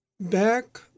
back